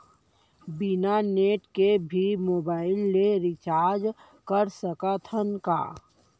बिना नेट के भी मोबाइल ले रिचार्ज कर सकत हन का?